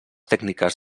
tècniques